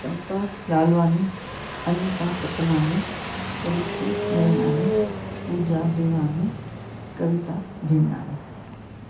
Champa Lalwani Anita Satnani Ruchi Nainanani Pooja Dewani Kavita Bhimnani